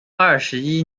二十一